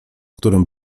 którym